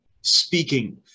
speaking